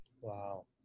Wow